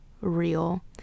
real